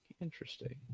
Interesting